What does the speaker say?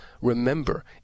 remember